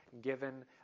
given